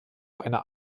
einer